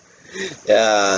ya